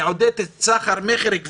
היא מעודדת סחר מכר.